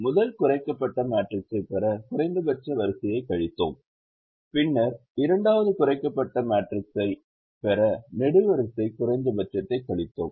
முதல் குறைக்கப்பட்ட மேட்ரிக்ஸைப் பெற குறைந்தபட்ச வரிசையை கழித்தோம் பின்னர் இரண்டாவது குறைக்கப்பட்ட மேட்ரிக்ஸைப் பெற நெடுவரிசை குறைந்தபட்சத்தைக் கழித்தோம்